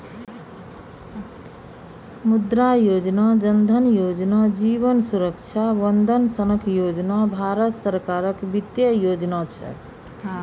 मुद्रा योजना, जन धन योजना, जीबन सुरक्षा बंदन सनक योजना भारत सरकारक बित्तीय योजना छै